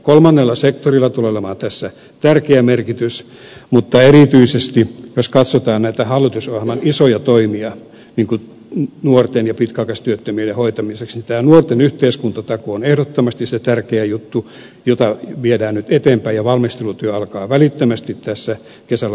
kolmannella sektorilla tulee olemaan tässä tärkeä merkitys mutta erityisesti jos katsotaan näitä hallitusohjelman isoja toimia nuorten ja pitkäaikaistyöttömyyden hoitamiseksi niin tämä nuorten yhteiskuntatakuu on ehdottomasti se tärkeä juttu jota viedään nyt eteenpäin ja valmistelutyö alkaa välittömästi kesälomien jälkeen